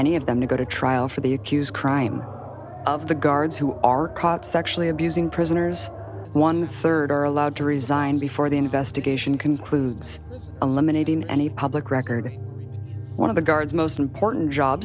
any of them to go to trial for the accused crime of the guards who are caught sexually abusing prisoners one third are allowed to resign before the investigation concludes eliminating any public record one of the guards most important job